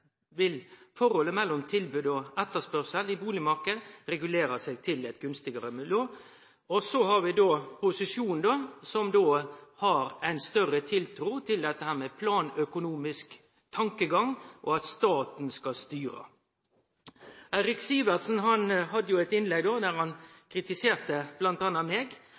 vil forholdet mellom tilbod og etterspurnad i bustadmarknaden bli regulert til eit gunstigare nivå. Så har vi posisjonen, som har større tiltru til planøkonomisk tankegang og at staten skal styre. Eirik Sivertsen hadde eit innlegg der han kritiserte bl.a. meg